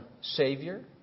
Savior